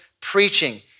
preaching